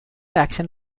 action